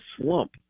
slump